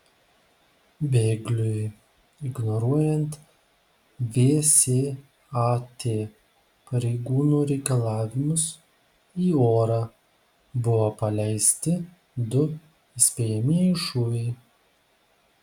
bėgliui ignoruojant vsat pareigūnų reikalavimus į orą buvo paleisti du įspėjamieji šūviai